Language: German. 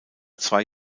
zwei